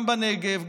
גם בנגב,